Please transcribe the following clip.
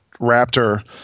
Raptor